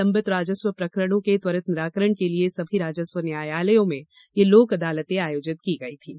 लंबित राजस्व प्रकरणों के त्वरित निराकरण के लिए सभी राजस्व न्यायालयों में यह लोक अदालतें आयोजित की गई थीं